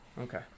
Okay